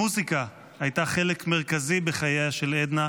המוזיקה הייתה חלק מרכזי בחייה של עדנה,